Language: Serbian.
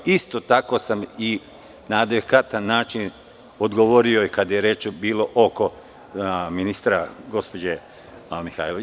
Isto tako sam na adekvatan način odgovorio i kad je reč bilo oko ministra, gospođe Mihajlović.